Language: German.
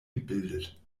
gebildet